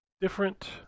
different